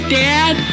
dad